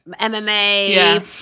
MMA